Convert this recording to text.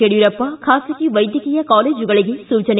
ಯಡಿಯೂರಪ್ಪ ಬಾಸಗಿ ವೈದ್ಯಕೀಯ ಕಾಲೇಜುಗಳಿಗೆ ಸೂಚನೆ